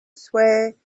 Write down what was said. sway